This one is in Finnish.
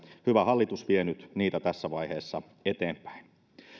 hyvä hallitus vie nyt niitä tässä vaiheessa eteenpäin